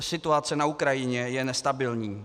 Situace na Ukrajině je nestabilní.